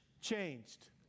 changed